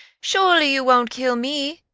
surely you won't kill me?